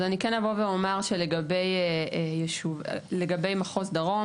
אז אני כן אבוא ואומר שלגבי מחוז דרום